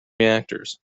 reactors